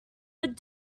but